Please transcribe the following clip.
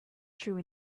true